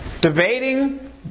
Debating